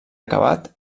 acabat